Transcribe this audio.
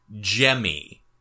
Jemmy